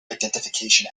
identification